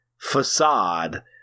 facade –